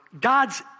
God's